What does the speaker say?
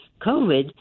COVID